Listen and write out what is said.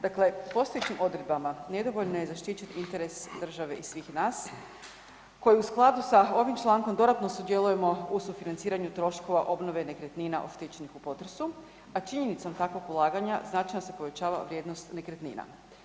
Dakle, postojećim odredbama nedovoljno je zaštićen interes države i svih nas koji u skladu sa ovim člankom dodatno sudjelujemo u sufinanciranju troškova obnove nekretnina oštećenih u potresu, a činjenicom takvog ulaganja značajno se povećava vrijednost nekretnina.